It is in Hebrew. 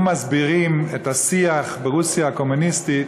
מסבירים את השיח ברוסיה הקומוניסטית